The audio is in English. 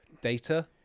data